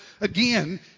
again